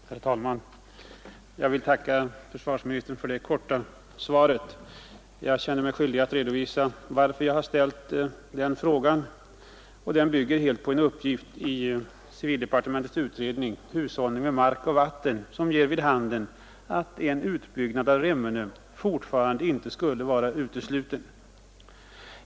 Herr talman! Jag vill tacka försvarsministern för det korta svaret på min enkla fråga. Jag känner mig skyldig att redovisa anledningen till att jag ställt denna fråga. Den bygger helt på en uppgift i civildepartementets utredning Hushållning med mark och vatten, som ger vid handen att en utbyggnad av Remmene fortfarande inte skulle vara utesluten.